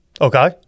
Okay